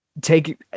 take